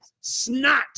snot